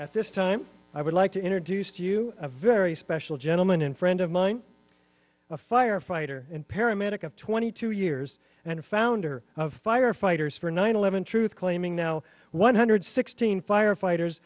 at this time i would like to introduce to you a very special gentleman and friend of mine a firefighter paramedic of twenty two years and founder of firefighters for nine eleven truth claiming no one hundred sixteen firefighters